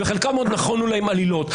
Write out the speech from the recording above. וחלקם עוד נכונו להם עלילות.